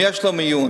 אם יש לו מיון.